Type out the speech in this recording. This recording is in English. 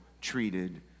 treated